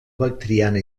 bactriana